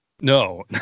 No